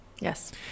Yes